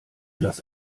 das